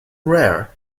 rare